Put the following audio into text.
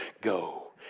Go